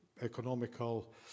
economical